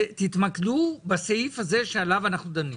תתמקדו בסעיף הזה שעליו אנחנו מדברים.